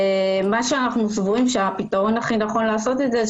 אנחנו סבורים שהפתרון הכי נכון לעשות את זה הוא